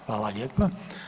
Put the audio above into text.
Hvala lijepa.